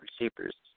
receivers